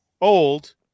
old